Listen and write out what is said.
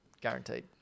guaranteed